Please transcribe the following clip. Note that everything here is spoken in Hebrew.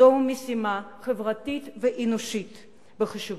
זו משימה חברתית ואנושית חשובה.